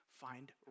find